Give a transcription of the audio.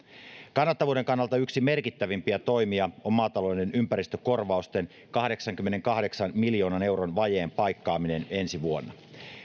kannattavuuden kannalta yksi merkittävimpiä toimia on maatalouden ympäristökorvausten kahdeksankymmenenkahdeksan miljoonan euron vajeen paikkaaminen ensi vuonna